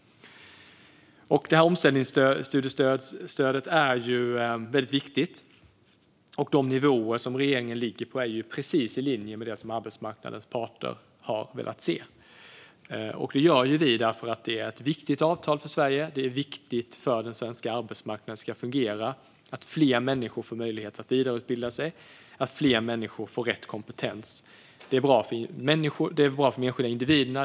Omställningsstudiestödet är väldigt viktigt, och de nivåer som regeringen ligger på är precis i linje med det som arbetsmarknadens parter har velat se. Detta gör vi därför att det är ett viktigt avtal för Sverige. För att den svenska arbetsmarknaden ska fungera är det viktigt att fler människor får möjlighet att vidareutbilda sig och att fler människor får rätt kompetens. Det är bra för de enskilda individerna.